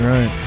Right